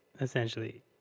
essentially